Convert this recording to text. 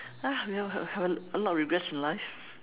ah we all have have a lot of regrets in life